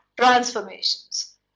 transformations